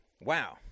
wow